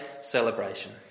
celebration